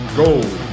gold